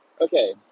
okay